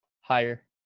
Higher